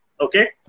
Okay